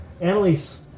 Annalise